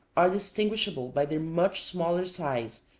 are distinguishable by their much smaller size,